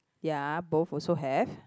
ya both also have